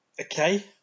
Okay